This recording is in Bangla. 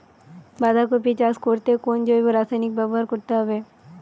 বাঁধাকপি চাষ করতে কোন জৈব রাসায়নিক ব্যবহার করতে হবে?